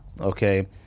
Okay